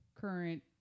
current